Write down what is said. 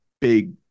big